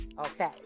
Okay